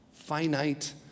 finite